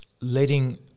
letting